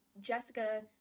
Jessica